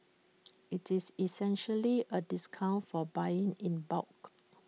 IT is essentially A discount for buying in bulk